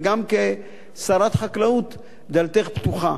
וגם כשרת החקלאות דלתך פתוחה.